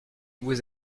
vous